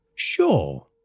Sure